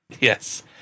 Yes